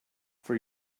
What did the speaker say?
for